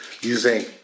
using